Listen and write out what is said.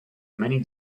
many